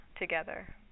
together